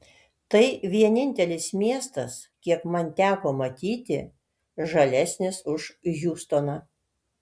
tai vienintelis miestas kiek man teko matyti žalesnis už hjustoną